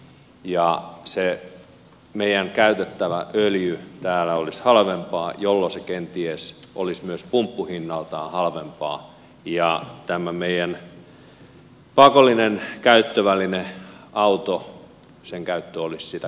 se meidän käytettävä öljy täällä olisi halvempaa jolloin se kenties olisi myös pumppuhinnaltaan halvempaa ja tämän meidän pakollisen käyttövälineemme auton käyttö olisi sitä